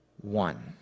one